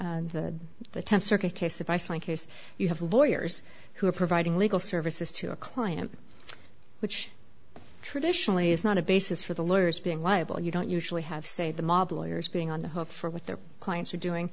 case you have lawyers who are providing legal services to a client which traditionally is not a basis for the lawyers being liable you don't usually have say the mob lawyers being on the hook for with their clients are doing